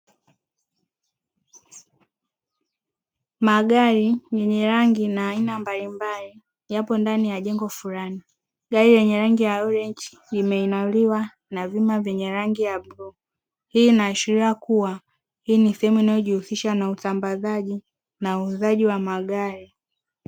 Magari yenye rangi na aina mbalimbali yapo ndani ya jengo fulani, gari lenye rangi ya orenji limeinuliwa na vyuma vyenye rangi ya bluu, hii inaashiria kuwa hii ni sehemu inayojihusisha na usambazaji na uuzaji wa magari.